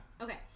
Okay